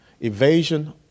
evasion